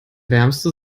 wärmste